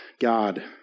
God